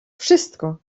wszystko